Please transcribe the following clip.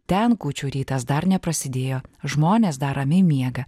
ten kūčių rytas dar neprasidėjo žmonės dar ramiai miega